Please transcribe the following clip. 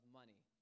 money